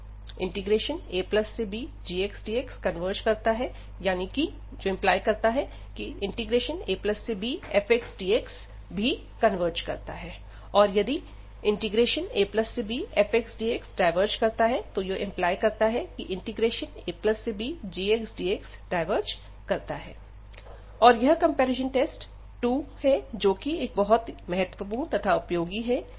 abgxdxकन्वर्ज करता है⟹abfxdxकन्वर्ज करता है abfxdxडायवर्ज करता है ⟹abgxdxडायवर्ज करता है और यह कंपैरिजन टेस्ट 2 जो कि बहुत महत्वपूर्ण तथा उपयोगी है